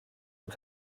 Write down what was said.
und